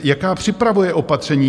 Jaká připravuje opatření?